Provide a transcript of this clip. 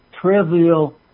trivial